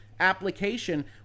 application